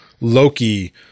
Loki